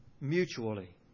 mutually